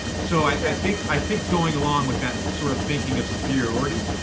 so i so think, i think going along with that sort of thinking of superiority,